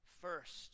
first